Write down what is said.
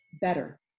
better